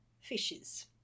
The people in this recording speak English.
fishes